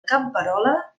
camperola